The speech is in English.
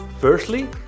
Firstly